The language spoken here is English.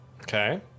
Okay